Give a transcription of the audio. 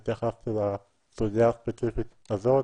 אני התייחסתי לסוגיה הספציפית הזאת,